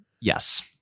Yes